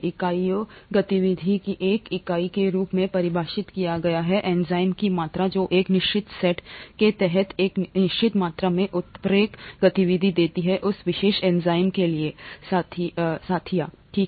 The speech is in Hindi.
इकाइयों गतिविधि की एक इकाई के रूप में परिभाषित किया गया है एंजाइम की मात्रा जो एक निश्चित सेट के तहत एक निश्चित मात्रा में उत्प्रेरक गतिविधि देती है उस विशेष एंजाइम के लिए स्थितियां ठीक है